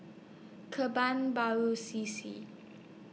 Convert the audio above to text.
Kebun Baru C C